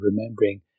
remembering